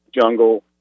jungle